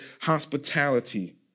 hospitality